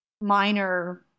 minor